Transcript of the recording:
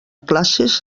classes